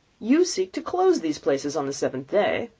you seek to close these places on the seventh day?